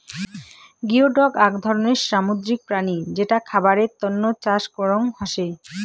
geoduck আক ধরণের সামুদ্রিক প্রাণী যেটা খাবারের তন্ন চাষ করং হসে